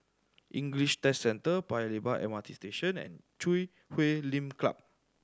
English Test Centre Paya Lebar M R T Station and Chui Huay Lim Club